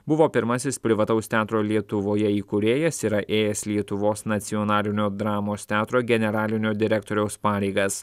buvo pirmasis privataus teatro lietuvoje įkūrėjas yra ėjęs lietuvos nacionalinio dramos teatro generalinio direktoriaus pareigas